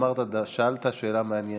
שאלת שאלה מעניינת,